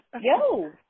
Yo